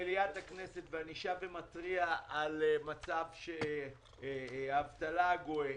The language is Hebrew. במליאת הכנסת, אני שב ומתריע על מצב האבטלה הגואה,